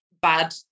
bad